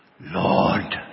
Lord